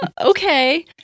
okay